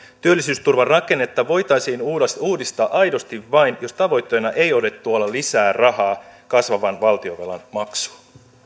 työllisyysturvan rakennetta voitaisiin uudistaa aidosti vain jos tavoitteena ei ole tuoda lisää rahaa kasvavan valtionvelan maksuun